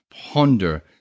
ponder